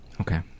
Okay